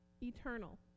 Eternal